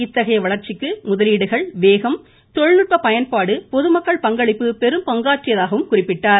இத்தகைய வளர்ச்சிக்கு முதலீடுகள் வேகம் தொழில்நுட்ப பயன்பாடு பொதுமக்கள் பங்களிப்பு பெரும்பங்காற்றியதாகவும் குறிப்பிட்டார்